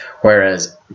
whereas